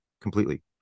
completely